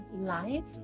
life